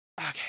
Okay